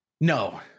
No